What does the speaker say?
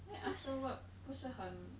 then after work 不是很